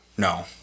No